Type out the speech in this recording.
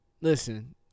Listen